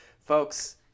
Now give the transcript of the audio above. Folks